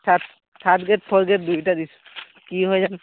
third third grade fourth grade দুইটা দিছোঁ কি হয় জানোঁ